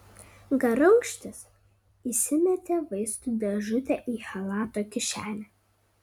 garunkštis įsimetė vaistų dėžutę į chalato kišenę